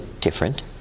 different